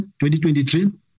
2023